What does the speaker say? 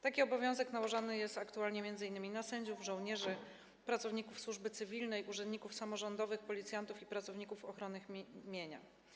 Taki obowiązek nałożony jest zaś aktualnie m.in. na sędziów, żołnierzy, pracowników służby cywilnej, urzędników samorządowych, policjantów i pracowników ochrony mienia.